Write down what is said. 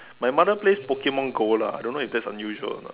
my mother plays Pokemon Go lah don't know if that's unusual or not